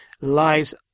lies